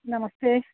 नमस्ते